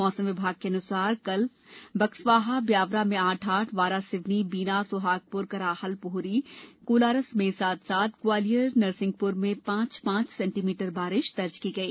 मौसम विभाग के अनुसार कल बक्सवाहा ब्यावरा में आठ आठ वारासिवनी बीना सोहागपुर कराहल पोहरी कोलारस में सात सात ग्वालियर नरसिंहगढ़ में पांच पांच सेंटीमीटर बारिष दर्ज की गई